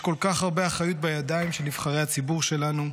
יש כל כך הרבה אחריות בידיים של נבחרי הציבור שלנו,